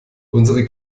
unsere